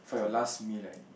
for your last meal right